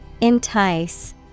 Entice